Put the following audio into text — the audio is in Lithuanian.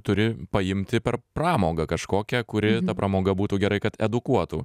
turi paimti per pramogą kažkokią kuri pramoga būtų gerai kad edukuotų